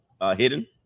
Hidden